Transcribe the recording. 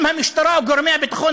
אם המשטרה או גורמי הביטחון,